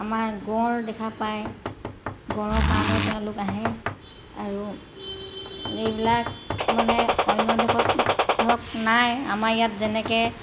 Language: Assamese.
আমাৰ গঁড় দেখা পায় গঁড়ৰ কাৰণেও তেওঁলোক আহে আৰু এইবিলাক মানে অন্য দেশত ধৰক নাই আমাৰ ইয়াত যেনেকৈ